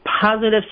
Positive